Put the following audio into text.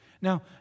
Now